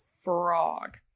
frog